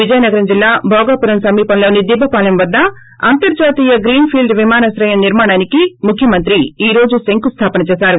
విజయనగరం జిల్లా భోగాపురం సమీపంలోని దిబ్బపాలెం వద్ద అంతర్లాతీయ గ్రీన్ఫీల్ల్ విమానాశ్రయం నిర్మాణానికి ముఖ్యమంత్రి ఈ రోజు శంకుస్లాపన చేశారు